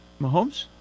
Mahomes